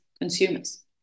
consumers